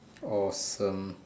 awesome